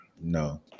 No